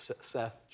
Seth